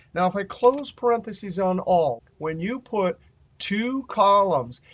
now if i close parentheses on all, when you put two columns,